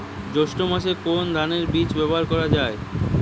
জৈষ্ঠ্য মাসে কোন ধানের বীজ ব্যবহার করা যায়?